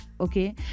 okay